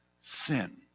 sin